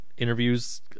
interviews